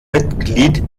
mitglied